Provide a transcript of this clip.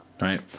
Right